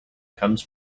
comes